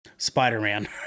Spider-Man